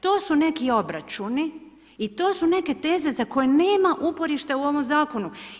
To su neki obračuni i to su neke teze za koje nema uporišta u ovom Zakonu.